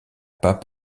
pas